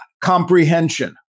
comprehension